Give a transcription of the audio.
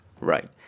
Right